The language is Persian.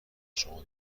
شما